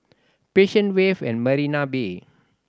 Passion Wave at Marina Bay